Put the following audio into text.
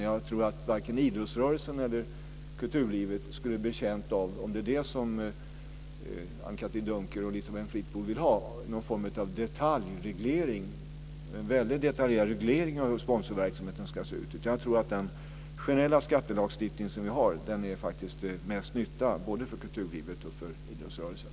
Jag tror att varken idrottsrörelsen eller kulturlivet skulle vara betjänt - om det nu är vad Anne-Katrine Dunker och Elisabeth Fleetwood vill ha - av en väldigt detaljerad reglering av hur sponsorverksamheten ska se ut, utan den generella skattelagstiftning som vi har faktiskt gör nog mest nytta både för kulturlivet och för idrottsrörelsen.